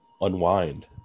unwind